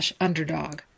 Underdog